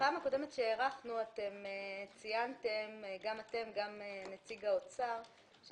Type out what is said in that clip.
בפעם הקודמת שהארכנו גם אתם וגם נציג האוצר ציינתם